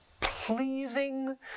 pleasing